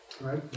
right